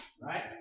Right